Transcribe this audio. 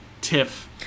TIFF